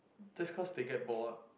that's cause they get bored